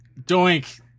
Doink